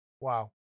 wow